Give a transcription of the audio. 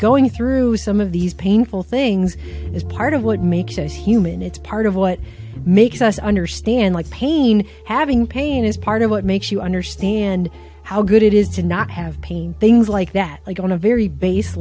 going through some of these painful things is part of what makes us human it's part of what makes us understand like pain having pain is part of what makes you understand how good it is to not have pain things like that like on a very bas